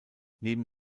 neben